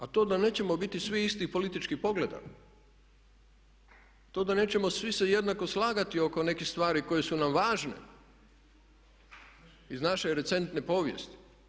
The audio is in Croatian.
A to da nećemo biti svi isti političkih pogleda, to da nećemo svi se jednako slagati oko nekih stvari koje su nam važne iz naše recentne povijesti.